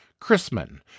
Chrisman